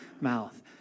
mouth